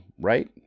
right